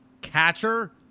Catcher